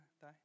die